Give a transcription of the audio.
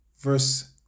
verse